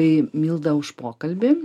milda už pokalbį